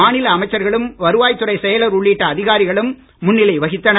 மாநில அமைச்சர்களும் வருவாய் துறை செயலர் உள்ளிட்ட அதிகாரிகளும் முன்னிலை வகித்தனர்